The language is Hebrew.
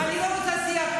אני לא רוצה שיח.